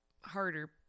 harder